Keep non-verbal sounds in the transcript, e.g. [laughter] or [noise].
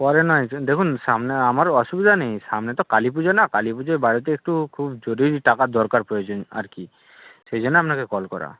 পরে নয় [unintelligible] দেখুন সামনে আমারও অসুবিধা নেই সামনে তো কালী পুজো না কালী পুজো বাড়িতে একটু খুব জরুরি টাকার দরকার প্রয়োজন আর কি সেই জন্য আপনাকে কল করা